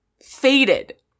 faded